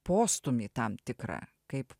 postūmį tam tikrą kaip